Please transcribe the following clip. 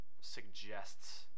suggests